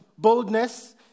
Boldness